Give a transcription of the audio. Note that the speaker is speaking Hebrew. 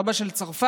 רבה של צרפת,